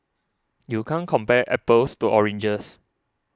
you can't compare apples to oranges